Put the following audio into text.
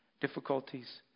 difficulties